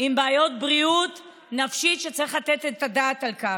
עם בעיות בריאות נפשית, וצריך לתת את הדעת על כך.